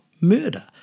murder